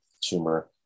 tumor